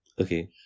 Okay